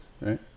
right